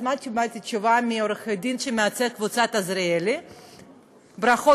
אז מה התשובה שקיבלתי מעורך-הדין שמייצג את "קבוצת עזריאלי" ברכות,